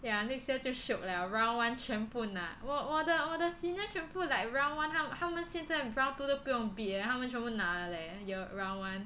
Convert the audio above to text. ya next year 就 shiok liao round one 全部拿我我的 senior 全部 like round one 他他们现在 round two 都不用 bid eh 他们全部拿的 leh year round one